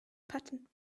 patten